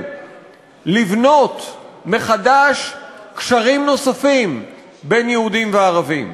לבנות גשרים נוספים בין יהודים לערבים,